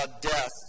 death